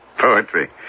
Poetry